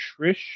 Trish